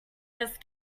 just